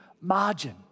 margin